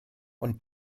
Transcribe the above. und